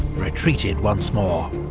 retreated once more.